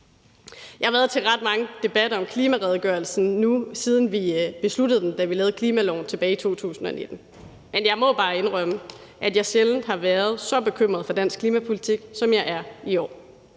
Jeg har været til ret mange debatter om klimaredegørelsen nu, siden vi besluttede at have den, da vi lavede klimaloven tilbage i 2019, men jeg må bare indrømme, at jeg sjældent har været så bekymret for dansk klimapolitik, som jeg er i år.